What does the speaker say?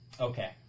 Okay